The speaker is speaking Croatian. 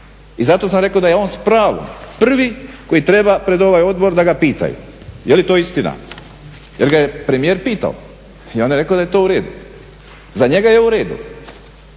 I zato sam rekao da je on s pravom prvi koji treba pred ovaj odbor da ga pitaju je li to istina. Jer ga je premijer pitao i on je rekao da je to u redu. Za njega je u redu